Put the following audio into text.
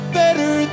better